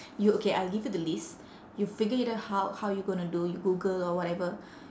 you okay I'll give you the list you figure it how how you going to do you google or whatever